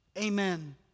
amen